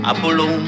Apollo